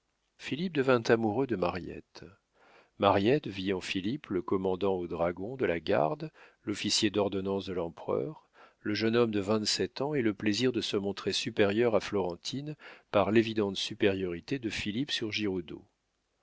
philippe devint amoureux de mariette mariette vit en philippe le commandant aux dragons de la garde l'officier d'ordonnance de l'empereur le jeune homme de vingt-sept ans et le plaisir de se montrer supérieure à florentine par l'évidente supériorité de philippe sur